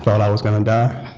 i was going to die